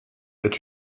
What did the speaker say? est